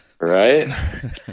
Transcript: right